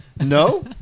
No